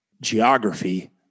geography